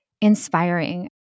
inspiring